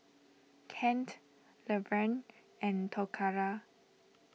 Kent Laverne and Toccara